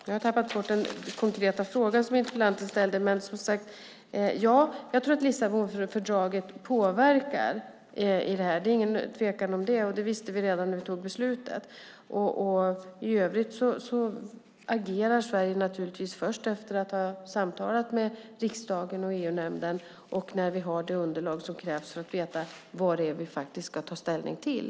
Jag tror att Lissabonfördraget påverkar; det är ingen tvekan om det. Det visste vi redan när vi tog beslutet. I övrigt agerar Sverige naturligtvis först efter att ha samtalat med riksdagen och EU-nämnden och när vi har det underlag som krävs för att vi ska veta vad vi ska ta ställning till.